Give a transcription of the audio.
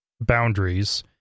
boundaries